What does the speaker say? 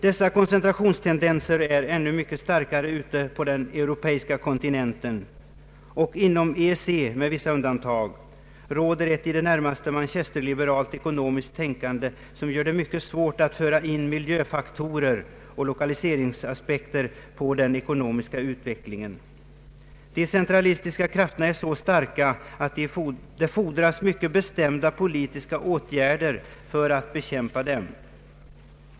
Dessa koncentrationstendenser är ännu mycket starkare ute på den europeiska kontinenten, och inom EEC med vissa undantag råder ett i det närmaste Manchesterliberalt ekonomiskt tänkande som gör det mycket svårt att föra in miljöfaktorer och lokaliseringsaspekter på den ekonomiska utvecklingen. De centralistiska krafterna är så starka att det fordras mycket bestämda politiska åtgärder för att bekämpa dem.